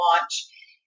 launch